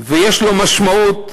ויש לו משמעות,